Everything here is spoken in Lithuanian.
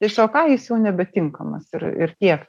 tiesiog ai jis jau nebetinkamas ir ir tiek